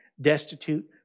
destitute